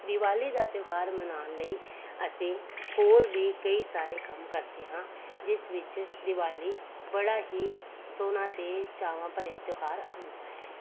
ਦੀਵਾਲੀ ਦਾ ਤਿਉਹਾਰ ਮਨਾਉਣ ਲਈ ਅਸੀਂ ਹੋਰ ਵੀ ਕਈ ਸਾਰੇ ਕੰਮ ਕਰਦੇ ਹਾਂ ਜਿਸ ਵਿੱਚ ਦੀਵਾਲੀ ਬੜਾ ਹੀ ਸੋਹਣਾ ਅਤੇ ਚਾਅਵਾਂ ਭਰਿਆ ਤਿਉਹਾਰ ਆਉਂਦਾ ਹੈ